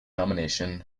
nomination